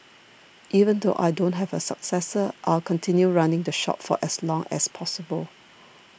even though I don't have a successor I'll continue running the shop for as long as possible